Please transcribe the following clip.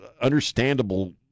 understandable